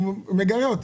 הוא מגרה אותי.